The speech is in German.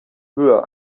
höher